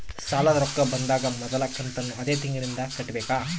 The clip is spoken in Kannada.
ಸಾಲದ ರೊಕ್ಕ ಬಂದಾಗ ಮೊದಲ ಕಂತನ್ನು ಅದೇ ತಿಂಗಳಿಂದ ಕಟ್ಟಬೇಕಾ?